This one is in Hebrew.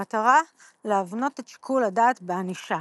במטרה להבנות את שיקול הדעת בענישה.